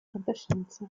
fantascienza